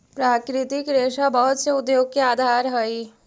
प्राकृतिक रेशा बहुत से उद्योग के आधार हई